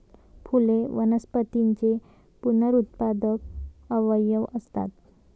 फुले वनस्पतींचे पुनरुत्पादक अवयव असतात